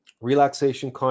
relaxation